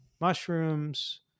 mushrooms